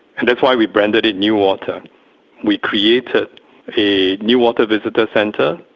and that's why we branded it newater. we created a newater visitor centre,